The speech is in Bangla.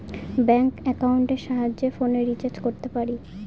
ব্যাঙ্ক একাউন্টের সাহায্যে ফোনের রিচার্জ করতে পারি